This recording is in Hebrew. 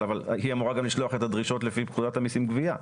אמורה גם לשלוח את הדרישות לפי פקודת המסים (גבייה),